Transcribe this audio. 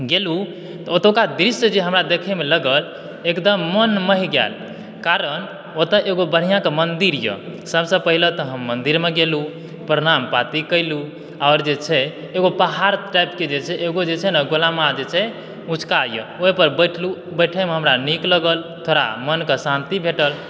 गेलहुॅं तऽ ओतुका दृष्य जे हमरा देख़य मे लगल एकदम मन मोहि गेल कारण ओतय एगो बढ़िऑं के मंदिर यऽ सबसे पहिले तऽ हम मंदिरमे गेलहुॅं प्रणाम पाती कयलहुॅं आओर जे छै एगो पहाड़ टाइप के जे छै एगो जे छै ने गोलंबा जे यऽ उचका यऽ ओहि पर बैठलहुॅं बैठय मे हमरा नीक लागल थोड़ा मन के शांति भेटल